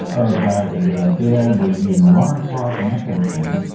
oh god i've got to get out of bed, where you need an alarm clock and that kind of thing.